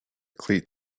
cleat